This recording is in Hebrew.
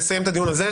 נסיים את הדיון הזה,